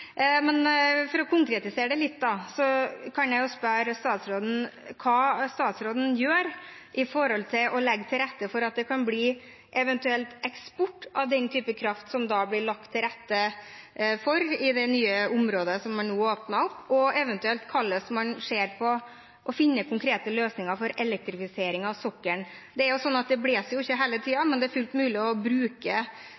men man må lete lenge etter konkretiseringen, for å si det på den måten – det er kanskje en enkel oppsummering på det som har vært sagt her nå. For å konkretisere det litt kan jeg spørre statsråden: Hva gjør statsråden for å legge til rette for at det eventuelt kan bli eksport av den type kraft som det da blir lagt til rette for i det nye området, som man nå åpner opp? Og eventuelt: Hvordan ser man på å finne konkrete løsninger for elektrifisering